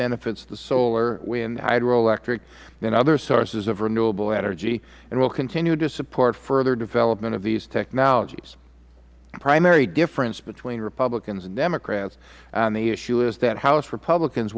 benefits to solar wind hydroelectric and other sources of renewable energy and will continue to support further development of these technologies the primary difference between republicans and democrats on the issue is that house republicans